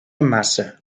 masse